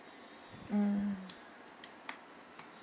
mm